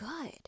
good